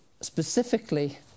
specifically